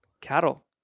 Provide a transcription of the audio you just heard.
cattle